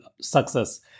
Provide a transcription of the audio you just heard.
success